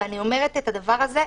ואני אומרת את זה בצער.